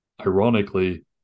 ironically